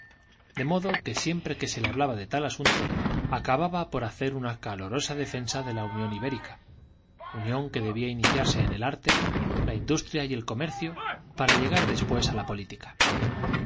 de modo que siempre que se le hablaba de tal asunto acababa por hacer una calorosa defensa de la unión ibérica unión que debía iniciarse en el arte la industria y el comercio para llegar después a la política